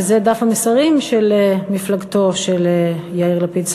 וזה דף המסרים של מפלגתו של יאיר לפיד,